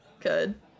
Good